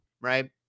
Right